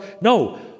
No